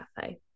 cafe